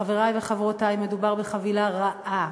חברי וחברותי, מדובר בחבילה רעה,